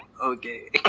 okay